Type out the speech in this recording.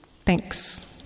Thanks